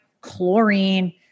chlorine